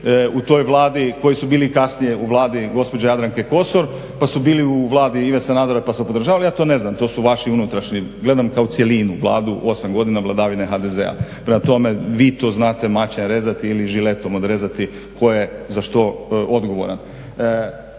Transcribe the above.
u toj Vladi koji su bili i kasnije u Vladi gospođe Jadranke Kosor pa su bili u Vladi Ive Sanadera pa su podržavali, ja to ne znam. To su vaši unutrašnji, gledam kao cjelinu Vladu, 8 godina vladavine HDZ-a. Prema tome, vi to znate mačem rezati ili žiletom odrezati tko je za što odgovoran.